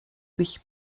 mich